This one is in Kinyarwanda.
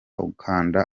ugakanda